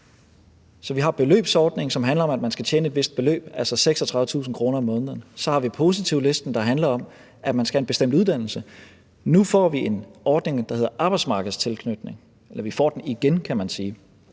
Så vi har beløbsordningen, som handler om, at man skal tjene et vist beløb, altså 36.000 kr. om måneden, og så har vi positivlisten, der handler om, at man skal have en bestemt uddannelse. Nu får vi en ordning, der hedder arbejdsmarkedstilknytning – eller vi får den igen, kan man sige